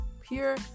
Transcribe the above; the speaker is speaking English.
pure